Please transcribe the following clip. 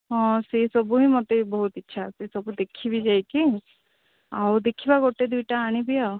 ହଁ ସେହିସବୁ ହିଁ ମୋତେ ବହୁତ ଇଚ୍ଛା ସେ ସବୁ ଦେଖିବି ଯାଇକି ଆଉ ଦେଖିବା ଗୋଟେ ଦୁଇଟା ଆଣିବି ଆଉ